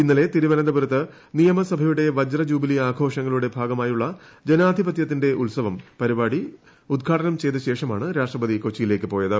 ഇന്നലെ തിരുവനന്തപുരത്ത് നിയമസഭയുടെ വജ്രജൂബിലി ആഘോഷങ്ങളുടെ ഭാഗമായുള്ള ജനാധിപതൃത്തിന്റെ ഉൽസവം പരിപാടി ഉദ്ഘാടനം ചെയ്ത ശേഷമാണ് രാഷ്ട്രപതി കൊച്ചിയിലേക്ക് പോയത്